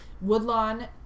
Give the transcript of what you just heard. Woodlawn